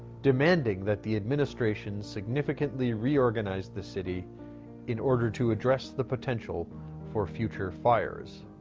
demanding that the administration significantly reorganize the city in order to address the potenti a l for future fires.